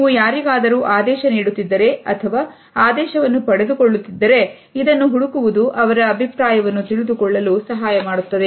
ನೀವು ಯಾರಿಗಾದರೂ ಆದೇಶ ನೀಡುತ್ತಿದ್ದರೆ ಅಥವಾ ಆದೇಶವನ್ನು ಪಡೆದುಕೊಳ್ಳುತ್ತಿದ್ದಾರೆ ಇದನ್ನು ಹುಡುಕುವುದು ಅವರ ಅಭಿಪ್ರಾಯಗಳನ್ನು ತಿಳಿದುಕೊಳ್ಳಲು ಸಹಾಯ ಮಾಡುತ್ತದೆ